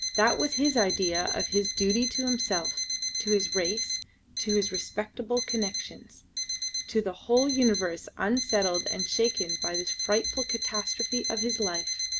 that was his idea of his duty to himself to his race to his respectable connections to the whole universe unsettled and shaken by this frightful catastrophe of his life.